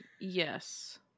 Yes